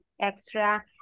extra